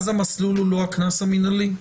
אז המסלול הוא הקנס המינהלי.